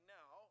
now